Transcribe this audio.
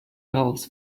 wells